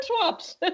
swaps